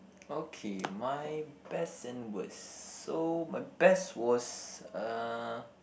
okay my best and worst so my best was uh